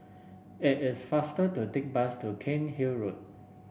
it is faster to take the bus to Cairnhill Road